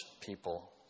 people